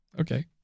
Okay